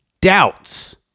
Doubts